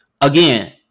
again